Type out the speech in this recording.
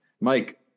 Mike